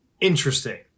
interesting